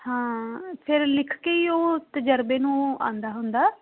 ਹਾਂ ਫਿਰ ਲਿਖ ਕੇ ਹੀ ਉਹ ਤਜਰਬੇ ਨੂੰ ਆਉਂਦਾ ਹੁੰਦਾ